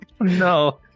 no